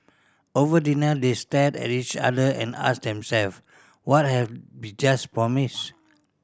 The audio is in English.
over dinner they stared at each other and asked themselves What have we just promised